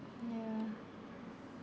ya